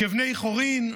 כבני חורין,